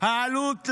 העלות למשק,